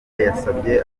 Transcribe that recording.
yasabye